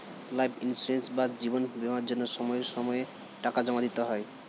life insurance বা জীবন বীমার জন্য সময় সময়ে টাকা জমা দিতে হয়